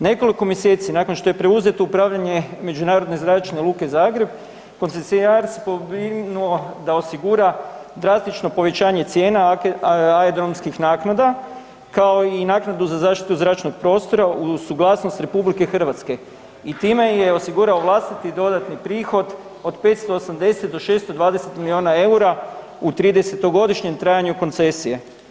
Nekoliko mjeseci nakon što je preuzeto upravljanje Međunarodne Zračne luke Zagreb koncesionar je … [[Govornik se ne razumije]] da osigura drastično povećanje cijena aerodromskih naknada, kao i naknadu za zaštitu zračnog prostora uz suglasnost RH i time je osigurao vlastiti dodatni prihod od 580 do 620 milijuna EUR-a u 30-godišnjem trajanju koncesije.